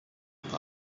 porte